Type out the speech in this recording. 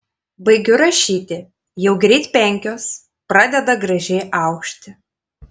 baigiu rašyti jau greit penkios pradeda gražiai aušti